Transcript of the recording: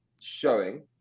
showing